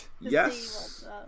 Yes